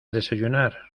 desayunar